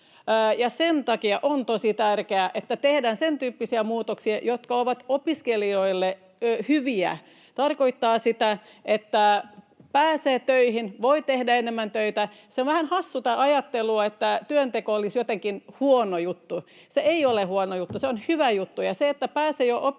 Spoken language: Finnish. sen takia on tosi tärkeää, että tehdään sentyyppisiä muutoksia, jotka ovat opiskelijoille hyviä, mikä tarkoittaa sitä, että pääsee töihin, voi tehdä enemmän töitä. Tämä ajattelu, että työnteko olisi jotenkin huono juttu, on vähän hassu. Se ei ole huono juttu, se on hyvä juttu.